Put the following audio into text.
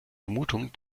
vermutung